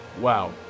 wow